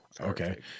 Okay